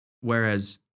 Whereas